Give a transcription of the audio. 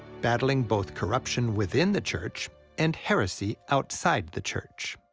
battling both corruption within the church and heresy outside the church.